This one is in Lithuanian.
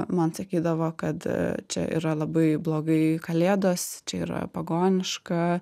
man sakydavo kad čia yra labai blogai kalėdos čia yra pagoniška